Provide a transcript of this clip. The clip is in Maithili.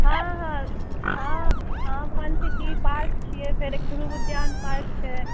हॅं हॅं हँ पार्क छियै फेर एक ध्रुव उद्यान पार्क छै